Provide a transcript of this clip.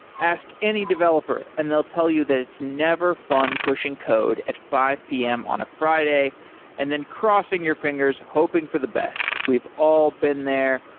ask any developer and they'll tell you that it's never fun pushing code at five p m. on a friday and then crossing your fingers hoping for the best. we've all been there.